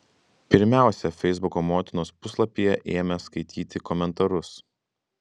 pirmiausia feisbuko motinos puslapyje ėmė skaityti komentarus